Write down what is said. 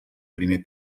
primer